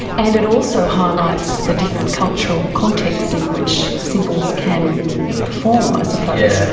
and it also highlights the different cultural contexts in which symbols can perform i suppose. yeah